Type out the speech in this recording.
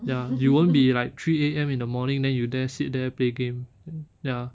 ya you won't be like three A_M in the morning then you there sit there play game ya